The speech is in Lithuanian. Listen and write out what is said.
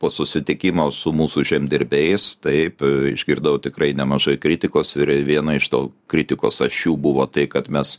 po susitikimo su mūsų žemdirbiais taip išgirdau tikrai nemažai kritikos ir viena iš tų kritikos ašių buvo tai kad mes